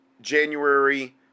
January